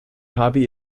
hobby